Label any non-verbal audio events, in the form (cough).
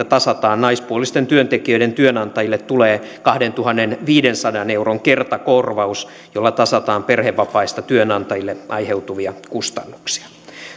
(unintelligible) tasataan naispuolisten työntekijöiden työnantajille tulee kahdentuhannenviidensadan euron kertakorvaus jolla tasataan perhevapaista työnantajille aiheutuvia kustannuksia